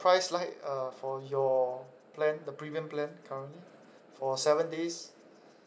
price like uh for your plan the premium plan currently for seven days